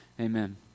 Amen